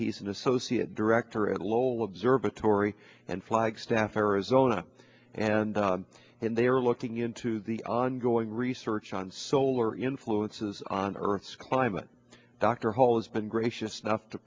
he's an associate director at lowell observatory and flagstaff arizona and and they are looking into the ongoing research on solar influences on earth's climate dr hall has been gracious enough to